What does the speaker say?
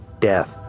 death